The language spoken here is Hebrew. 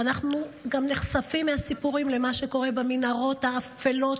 אנחנו גם נחשפים מהסיפורים למה שקורה במנהרות האפלות,